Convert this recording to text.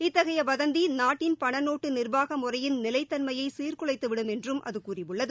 இத்தகைய வதந்தி நாட்டின் பண நோட்டு நிர்வாக முறையிள் நிலைத்தன்மையை சீர்குலைத்துவிடும் என்றும் அது கூறியுள்ளது